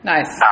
Nice